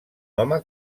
home